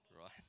right